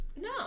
No